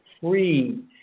free